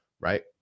Right